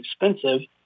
expensive